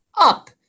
up